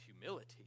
humility